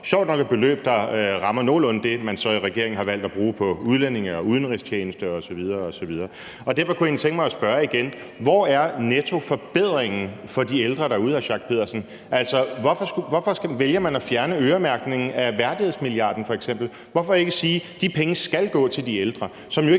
sjovt nok et beløb, der nogenlunde rammer det, man så i regeringen har valgt at bruge på udlændinge og på udenrigstjenesten osv. osv. Og derfor kunne jeg egentlig tænke mig at spørge igen: Hvor er nettoforbedringen for de ældre derude, hr. Torsten Schack Pedersen? Altså, hvorfor vælger man f.eks. at fjerne øremærkningen af værdighedsmilliarden? Hvorfor ikke sige: De penge skal gå til de ældre,